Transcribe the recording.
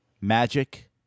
magic